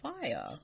fire